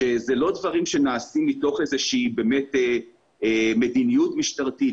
אלה לא דברים שנעשים מתוך איזושהי מדיניות משטרתית,